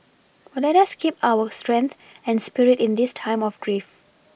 let us keep up our strength and spirit in this time of grief